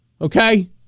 okay